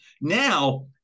Now